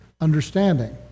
understanding